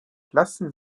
lassen